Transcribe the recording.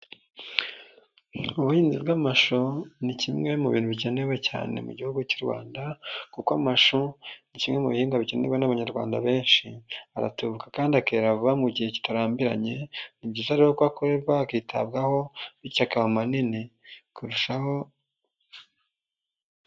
Ubuhinzi bw'amashuri ni kimwe mu bintu bikenewe cyane mu gihugu cy'u Rwanda kuko amashu ni kimwe mu bihingwa bikenerwa n'Abanyarwanda benshi. Aratubuka kandi akera vuba mu gihe kitarambiranye. Ni byiza ari uko akorerwa hakitabwaho bityo akaba manini kurushaho.